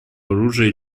оружия